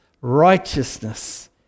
righteousness